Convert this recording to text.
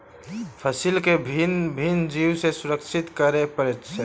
फसील के भिन्न भिन्न जीव सॅ सुरक्षित करअ पड़ैत अछि